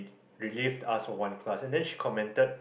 relief us for one class and then she commented